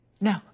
No